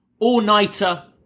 All-nighter